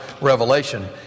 Revelation